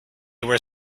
were